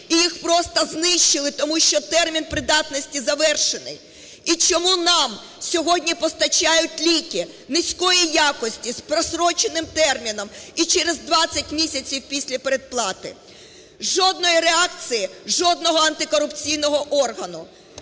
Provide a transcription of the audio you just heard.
і їх просто знищили, тому що термін придатності завершений? І чому нам сьогодні постачають ліки низької якості, з простроченим терміном і через 20 місяців після передплати? Жодної реакції жодного антикорупційного органу!